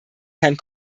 herrn